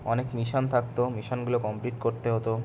অনেক মিশন থাকত মিশনগুলো কমপ্লিট করতে হতো